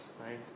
right